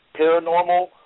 paranormal